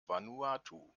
vanuatu